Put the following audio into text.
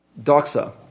doxa